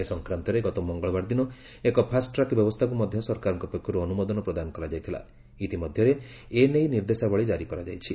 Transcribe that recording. ଏ ସଂକ୍ରାନ୍ତରେ ଗତ ମଙ୍ଗଳବାର ଦିନ ଏକ ଫାଷ୍ଟଟ୍ରାକ୍ ବ୍ୟବସ୍ଥାକୁ ମଧ୍ୟ ସରକାରଙ୍କ ପକ୍ଷରୁ ଅନୁମୋଦନ ପ୍ରଦାନ କରାଯାଇଥିଲା ଇତିମଧ୍ୟରେ ଏ ନେଇ ନିର୍ଦ୍ଦେଶାବଳୀ ଜାରି କରାଯାଇଛି